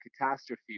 catastrophe